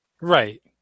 Right